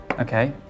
Okay